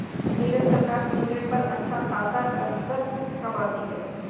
नीरज सरकार सिगरेट पर अच्छा खासा राजस्व कमाती है